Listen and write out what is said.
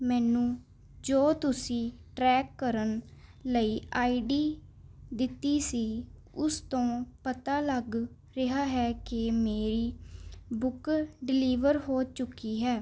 ਮੈਨੂੰ ਜੋ ਤੁਸੀਂ ਟਰੈਕ ਕਰਨ ਲਈ ਆਈ ਡੀ ਦਿੱਤੀ ਸੀ ਉਸ ਤੋਂ ਪਤਾ ਲੱਗ ਰਿਹਾ ਹੈ ਕਿ ਮੇਰੀ ਬੁੱਕ ਡਿਲੀਵਰ ਹੋ ਚੁੱਕੀ ਹੈ